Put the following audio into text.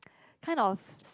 kind of